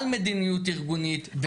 מדיניות ארגונית ובגלל תהליכי פיקוח ובקרה.